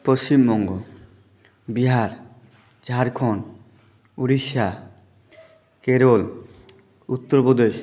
Paschimbanga Bihar Jharkhand Orissa Kerala Uttar Pradesh